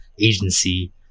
agency